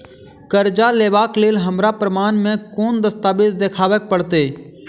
करजा लेबाक लेल हमरा प्रमाण मेँ कोन दस्तावेज देखाबऽ पड़तै?